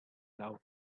loud